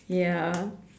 ya